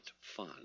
fun